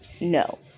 No